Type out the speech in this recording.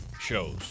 shows